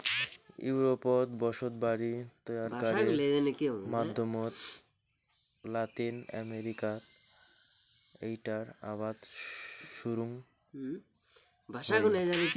ইউরোপত বসতবাড়ি তৈয়ারকারির মাধ্যমত লাতিন আমেরিকাত এ্যাইটার আবাদ শুরুং হই